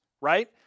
right